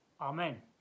Amen